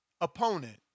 opponent